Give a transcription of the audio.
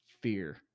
fear